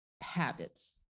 habits